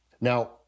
Now